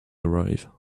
arrive